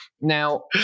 now